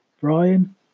Brian